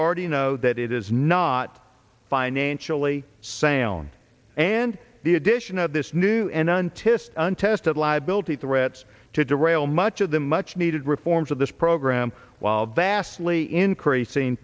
already know that it is not financially sound and the addition of this new n n tist untested liability threats to derail much of the much needed reforms of this program while vastly increasing